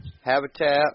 habitat